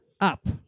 up